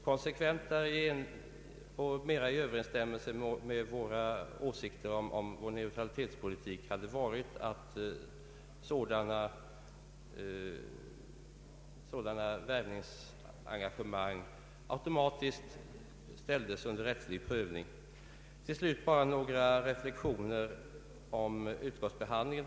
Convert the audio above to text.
Konsekventare och mera i överensstämmelse med våra åsikter om neutralitetspolitiken hade varit att sådana värvningsengagemang automatiskt ställdes under = rättslig prövning. Till slut bara några reflexioner om utskottsbehandlingen.